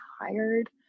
tired